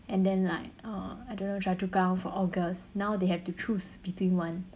and then like uh I don't know chua-chu-kang for august now they have to choose between one